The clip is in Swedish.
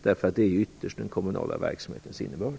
Det är det som ytterst är den kommunala verksamhetens innebörd.